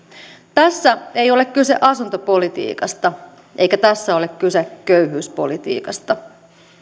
tässä ei ole kyse asuntopolitiikasta eikä tässä ole kyse köyhyyspolitiikasta